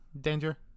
Danger